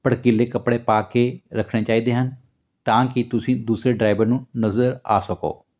ਭੜਕੀਲੇ ਕੱਪੜੇ ਪਾ ਕੇ ਰੱਖਣੇ ਚਾਹੀਦੇ ਹਨ ਤਾਂ ਕਿ ਤੁਸੀਂ ਦੂਸਰੇ ਡਰਾਈਵਰ ਨੂੰ ਨਜ਼ਰ ਆ ਸਕੋ